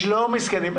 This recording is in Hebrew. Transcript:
לא מסכנים.